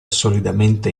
solidamente